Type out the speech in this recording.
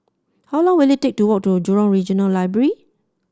how long will it take to walk to Jurong Regional Library